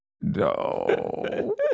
No